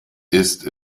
ist